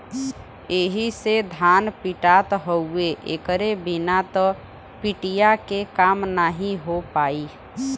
एही से धान पिटात हउवे एकरे बिना त पिटिया के काम नाहीं हो पाई